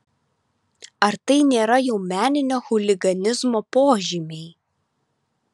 ar tai nėra jau meninio chuliganizmo požymiai